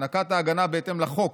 הענקת ההגנה בהתאם לחוק